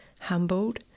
Humbled